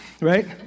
right